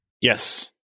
Yes